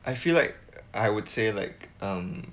I feel like I would say like um